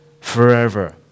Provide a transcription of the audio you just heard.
forever